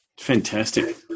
Fantastic